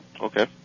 Okay